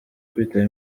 kwitaba